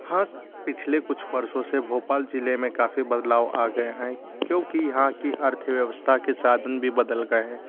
हाँ पिछले कुछ वर्षों से भोपाल ज़िले में काफ़ी बदलाव आ गए हैं क्योंकि यहाँ की अर्थवयवस्था के साधन भी बदल गएं हैं